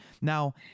Now